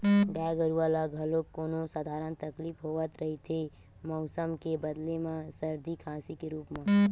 गाय गरूवा ल घलोक कोनो सधारन तकलीफ होवत रहिथे मउसम के बदले म सरदी, खांसी के रुप म